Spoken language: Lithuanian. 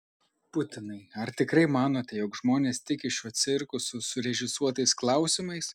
putinai ar tikrai manote jog žmonės tiki šiuo cirku su surežisuotais klausimais